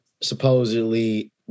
supposedly